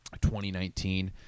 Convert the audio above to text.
2019